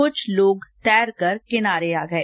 कुछ लोग तैरकर किनारे आ गए